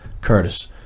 Curtis